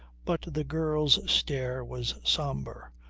but the girl's stare was sombre,